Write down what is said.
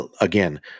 again